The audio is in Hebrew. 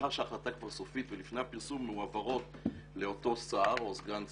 לאחר שההחלטה כבר סופית ולפני הפרסום הן מועברות לאותו שר או סגן שר,